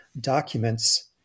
documents